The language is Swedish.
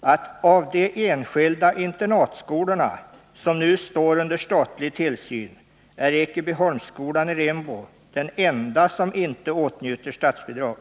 att ”av de enskilda internatskolorna som nu står under statlig tillsyn är Ekebyholmsskolan i Rimbo den enda som inte åtnjuter statsbidrag.